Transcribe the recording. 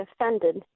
offended